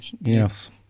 yes